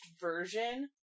version